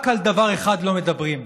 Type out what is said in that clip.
רק על דבר אחד לא מדברים,